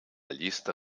llista